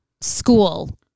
school